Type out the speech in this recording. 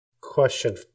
question